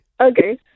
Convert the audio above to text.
okay